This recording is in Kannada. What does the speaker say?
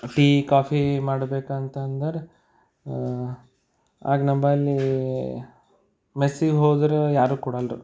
ಟೀ ಕಾಫಿ ಮಾಡ್ಬೇಕು ಅಂತ ಅಂದರೆ ಆಗ ನಂಬಳಿ ಮೆಸ್ಸಿಗೆ ಹೋದ್ರೆ ಯಾರೂ ಕೊಡಲ್ರು